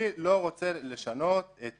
אני לא רוצה לשנות את